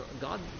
God